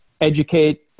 educate